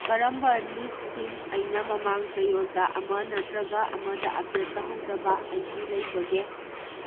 ꯀꯔꯝꯕ ꯂꯤꯁꯁꯤꯡ ꯑꯩꯅ ꯃꯃꯥꯡ ꯆꯌꯣꯜꯗ ꯑꯃ ꯅꯠꯇ꯭ꯔꯒ ꯑꯃꯗ ꯑꯞꯗꯦꯠ ꯇꯧꯍꯧꯗꯕ ꯑꯩꯒꯤ ꯂꯩꯕꯒꯦ